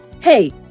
Hey